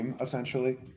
essentially